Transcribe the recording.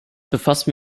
befassen